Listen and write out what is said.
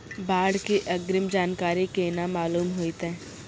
बाढ़ के अग्रिम जानकारी केना मालूम होइतै?